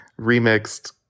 remixed